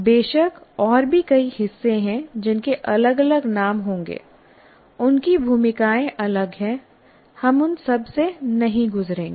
बेशक और भी कई हिस्से हैं जिनके अलग अलग नाम होंगे उनकी भूमिकाएं अलग हैं हम उन सब से नहीं गुजरेंगे